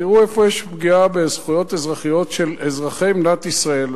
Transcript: תראו איפה יש פגיעה בזכויות אזרחיות של אזרחי מדינת ישראל,